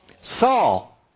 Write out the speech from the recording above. Saul